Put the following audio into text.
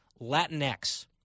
Latinx